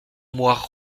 moire